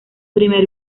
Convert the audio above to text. primer